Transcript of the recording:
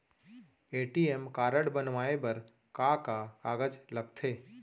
ATM card बनवाये बर का का कागज लगथे?